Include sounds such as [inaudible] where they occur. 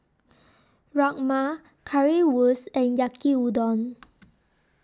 Rajma Currywurst and Yaki Udon [noise]